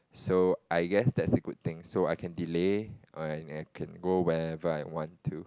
so I guess that's the good thing so I can delay and I can go wherever I want to